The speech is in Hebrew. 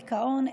דיכאון,